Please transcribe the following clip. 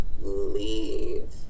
leave